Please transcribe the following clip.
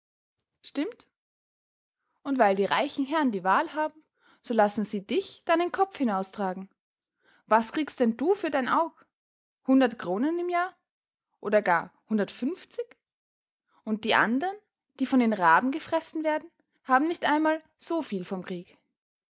stimmt und weil die reichen herren die wahl haben so lassen sie dich deinen kopf hinaustragen was kriegst denn für dein aug hundert kronen im jahr oder gar hundertfünfzig und die andern die von den raben gefressen werden haben nicht einmal so viel vom krieg